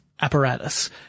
apparatus